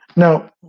Now